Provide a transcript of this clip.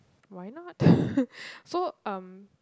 why not so um